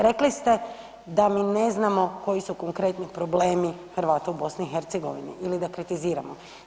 Rekli ste da mi ne znamo koji su konkretni problemi Hrvata u BiH ili da kritiziramo.